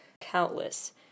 Countless